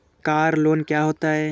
Car loan क्या होता है?